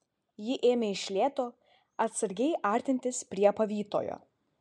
ji ėmė iš lėto atsargiai artintis prie pavytojo